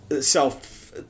self